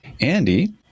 Andy